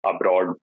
abroad